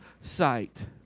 sight